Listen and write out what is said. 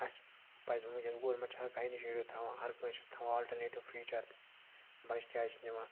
اَسہِ پَزِ وٕنۍکٮ۪س گورمٮ۪نٛٹ چھِ ہَر کانٛہہ اِنِشیٹِو تھاوان ہَر کٲنٛسہِ چھِ تھاوان آلٹَرنیٹِو فیٖچَر تہِ بَچہٕ کیٛازِ چھِنہٕ یِوان